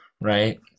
right